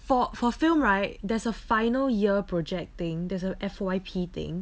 for for film right there's a final year project thing there's a F_Y_P thing